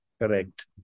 Correct